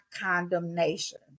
condemnation